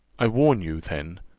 i warn you, then,